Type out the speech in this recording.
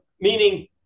Meaning